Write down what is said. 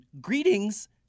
Greetings